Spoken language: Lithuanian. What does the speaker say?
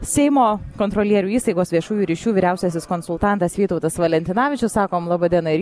seimo kontrolierių įstaigos viešųjų ryšių vyriausiasis konsultantas vytautas valentinavičius sakom laba diena ir